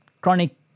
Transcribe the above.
chronic